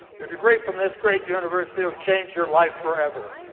your degree from this great university will change your life forever.